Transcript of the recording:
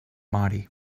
mori